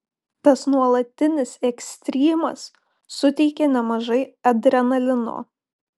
tas nuolatinis ekstrymas suteikia nemažai adrenalino